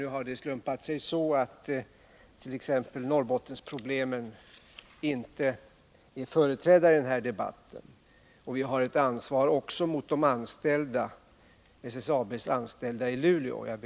Nu har det slumpat sig så, att t.ex. problemen i Norrbotten inte är företrädda i den här debatten. Jag ber att få påminna herrarna om att vi har ett ansvar också mot SSAB:s anställda i Luleå.